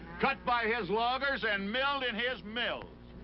cut by his loggers and milled in his mills.